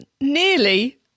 nearly